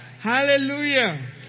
Hallelujah